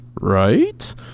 right